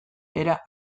era